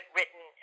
written